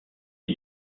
est